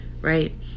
right